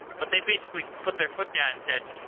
but they basically put their foot down and said,